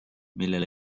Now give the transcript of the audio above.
millele